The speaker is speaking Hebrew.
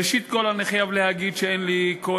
ראשית כול אני חייב להגיד שאין לי כל